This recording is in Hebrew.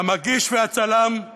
המגיש והצלם,